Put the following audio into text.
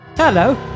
Hello